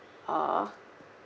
uh